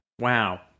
Wow